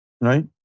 Right